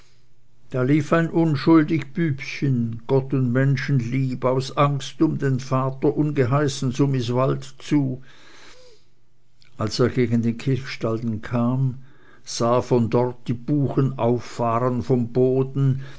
da lief ein unschuldig bübchen gott und menschen lieb aus angst um den vater ungeheißen sumiswald zu als er gegen den kilchstalden kam sah er von dort die buchen auffahren vom boden